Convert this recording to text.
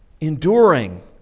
enduring